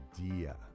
idea